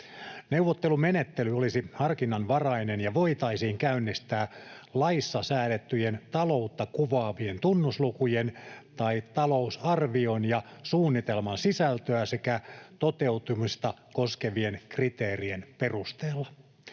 Neuvottelumenettely olisi harkinnanvarainen ja voitaisiin käynnistää laissa säädettyjen taloutta kuvaavien tunnuslukujen tai talousarvion ja -suunnitelman sisältöä sekä toteutumista koskevien kriteerien perusteella.